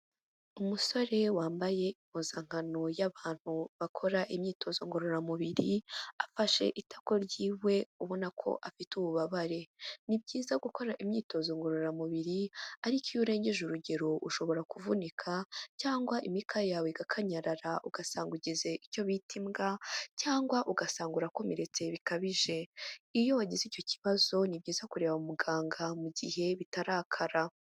Umusore wambaye impuzankano y'abantu bakora imyitozo ngororamubiri, afashe itako ryiwe ubona ko afite ububabare. Ni byiza gukora imyitozo ngororamubiri, ariko iyo urengeje urugero ushobora kuvunika, cyangwa imikaya yawe igakanyarara ugasanga ugize icyo bita imbwa, cyangwa ugasanga urakomeretse bikabije. Iyo wagize icyo kibazo ni byiza kureba muganga mu gihe bitarakara.